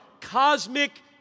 cosmic